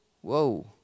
whoa